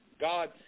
God